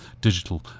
digital